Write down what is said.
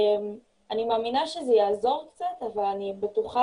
אני מאמינה שזה יעזור קצת אבל אני בטוחה